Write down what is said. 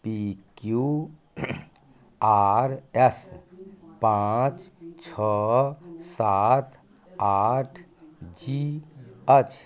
पी Q R S पाँच छओ सात आठ जी अछि